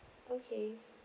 okay